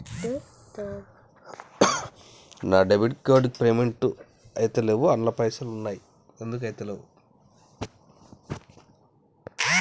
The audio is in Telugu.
నా డెబిట్ కార్డ్ తో పేమెంట్ ఐతలేవ్ అండ్ల పైసల్ ఉన్నయి ఎందుకు ఐతలేవ్?